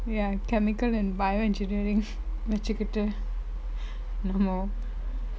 ya chemical and bio engineering வெச்சிகிட்டு:vechikittu no no